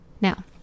Now